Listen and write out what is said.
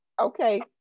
Okay